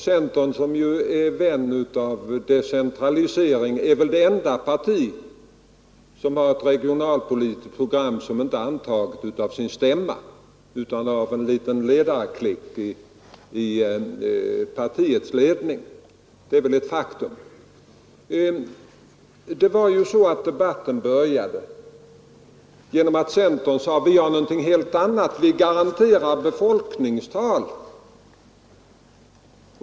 Centern, som ju är vän av decentralisering, är det enda parti som har ett regionalpolitiskt program som inte är antaget av partiets stämma utan av en liten klick i partiets ledning — det är väl ett faktum. Debatten började genom att centern sade: Vi har någonting helt nytt, vi garanterar befolkningstal.